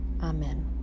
Amen